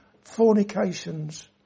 fornications